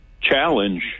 challenge